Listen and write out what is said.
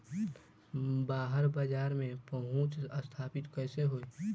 बाहर बाजार में पहुंच स्थापित कैसे होई?